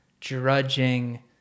drudging